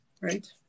right